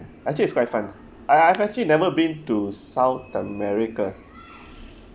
actually it's quite fun I I've actually never been to south america